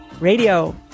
Radio